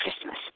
Christmas